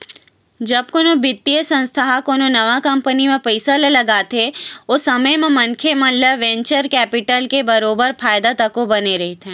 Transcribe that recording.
जब कोनो बित्तीय संस्था ह कोनो नवा कंपनी म पइसा ल लगाथे ओ समे म मनखे मन ल वेंचर कैपिटल ले बरोबर फायदा तको बने रहिथे